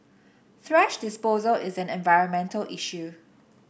thrash disposal is an environmental issue